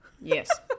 Yes